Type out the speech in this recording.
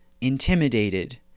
intimidated